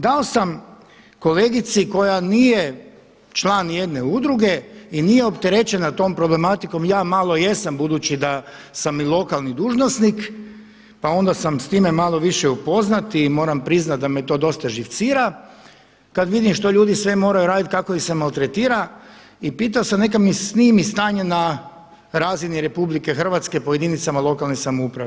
Dao sam kolegici koja nije član jedne udruge i nije opterećena tom problematikom, ja malo jesam budući da sam i lokalni dužnosnik, pa onda sam s time malo više upoznat i moram priznati da me to dosta živcira kada vidim što ljudi sve moraju raditi i kako ih se maltretira i pitao sam neka mi snimi stanje na razini RH po jedinicama lokalne samouprave.